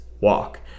walk